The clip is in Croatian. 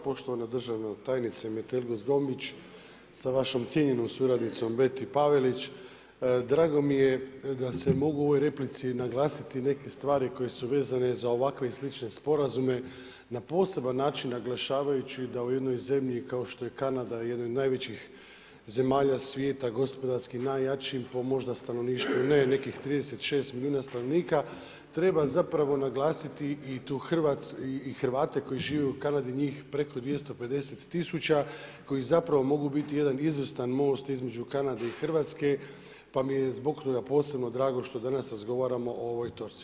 Poštovana državna tajnice Metelko-Zgombić, sa vašom cjenjenom suradnicom, … drago mi je da se mogu u ovoj replici naglasiti neke stvari koje su vezane za ovakve i slične sporazume na poseban način naglašavajući da u jednoj zemlji kao što je Kanada, jedna od najvećih zemalja svijeta, gospodarski najjačim, po možda stanovništvu ne, nekih 36 milijuna stanovnika, treba zapravo naglasiti i Hrvate koji žive u Kanadi, njih preko 250 000 koji zapravo mogu biti jedan izvrstan most između Kanade i Hrvatske pa mi je zbog toga posebno drago što danas razgovaramo o ovoj točci.